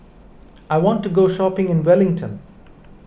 I want to go shopping in Wellington